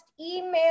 email